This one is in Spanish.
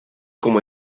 como